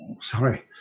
sorry